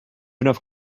enough